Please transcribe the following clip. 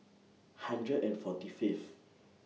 hundred and forty Fifth